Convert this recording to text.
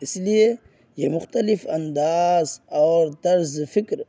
اس لیے یہ مختلف انداز اور طرز فکر